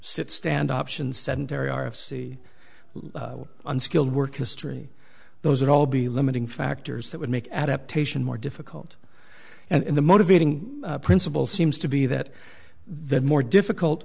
sit stand options sedentary r f c unskilled work history those are all be limiting factors that would make adaptation more difficult and the motivating principle seems to be that the more difficult